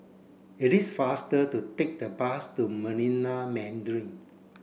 it is faster to take the bus to Marina Mandarin